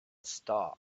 star